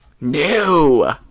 No